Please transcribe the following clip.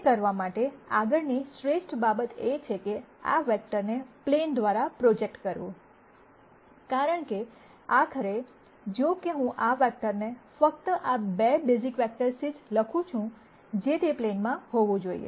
તે કરવા માટે આગળની શ્રેષ્ઠ બાબત એ છે કે આ વેક્ટરને પ્લેન પર પ્રોજેક્ટ કરવું કારણ કે આખરે જો કે હું આ વેક્ટરને ફક્ત આ 2 બેઝિક વેક્ટર્સથી લખું છું જે તે પ્લેનમાં હોવું જોઈએ